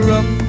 up